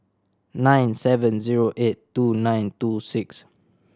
nine seven zero eight two nine two six